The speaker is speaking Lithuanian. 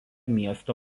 miesto